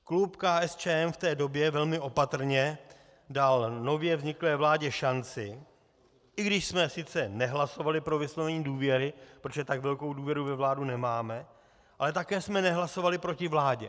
Klub KSČM v té době velmi opatrně dal nově vzniklé vládě šanci, i když jsme sice nehlasovali pro vyslovení důvěry, protože tak velkou důvěru ve vládu nemáme, ale také jsme nehlasovali proti vládě.